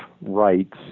rights